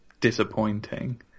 disappointing